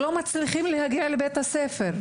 שלא מצליחים להגיע לבית הספר.